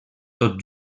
tot